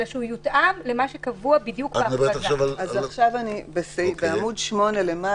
אלא שהוא יותאם בהתאם למה שקבוע בדיוק ב --- אז בעמוד 8 למעלה,